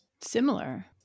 Similar